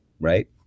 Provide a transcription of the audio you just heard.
right